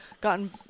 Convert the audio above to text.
gotten